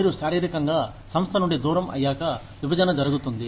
మీరు శారీరకంగా సంస్థ నుండి దూరం అయ్యాక విభజన జరుగుతుంది